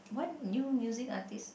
what new music artiste